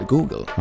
Google